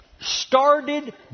started